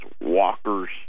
Walkers